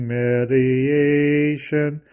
mediation